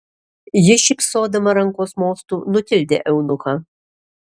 ji šypsodama rankos mostu nutildė eunuchą